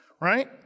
right